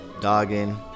dogging